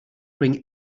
bring